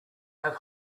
have